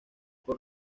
por